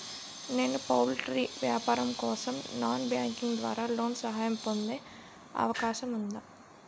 నేను పౌల్ట్రీ వ్యాపారం కోసం నాన్ బ్యాంకింగ్ ద్వారా లోన్ సహాయం పొందే అవకాశం ఉందా?